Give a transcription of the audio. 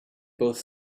both